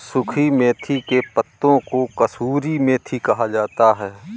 सुखी मेथी के पत्तों को कसूरी मेथी कहा जाता है